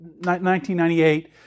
1998